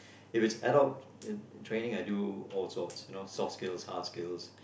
if it's adult training I do all sorts you know soft skills hard skills